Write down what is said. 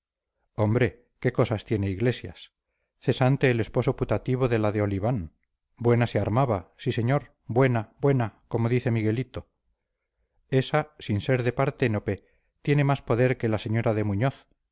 hombre qué cosas tiene iglesias cesante el esposo putativo de la de oliván buena se armaba sí señor buena buena como dice miguelito esa sin ser de parténope tiene más poder que la señora de muñoz